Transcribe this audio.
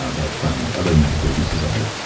um but from the other medical uses of it,